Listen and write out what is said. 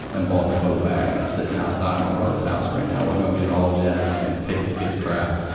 and bought the boat back. and it's sitting outside my brother's house right now. we're gonna get it all jazzed up and take his kids crabbin'.